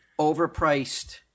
overpriced